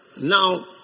Now